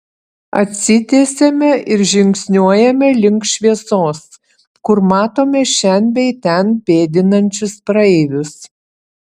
atsitiesiame ir žingsniuojame link šviesos kur matome šen bei ten pėdinančius praeivius